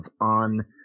on